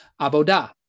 Abodah